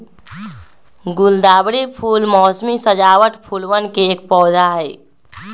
गुलदावरी फूल मोसमी सजावट फूलवन के एक पौधा हई